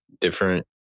different